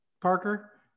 Parker